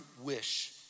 wish